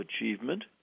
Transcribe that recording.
achievement